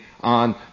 on